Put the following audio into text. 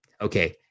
Okay